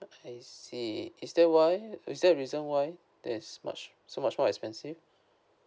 I see is there why is there a reason why there's much so much more expensive